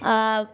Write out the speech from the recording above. ఆ